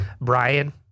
Brian